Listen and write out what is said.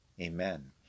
Amen